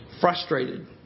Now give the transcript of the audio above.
Frustrated